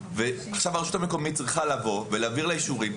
והרשות המקומית צריכה להעביר לה אישורים.